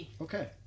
Okay